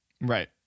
Right